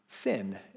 sin